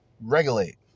regulate